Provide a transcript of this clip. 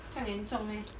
将严重 meh